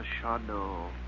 Shadow